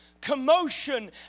commotion